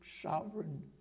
sovereign